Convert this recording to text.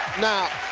now,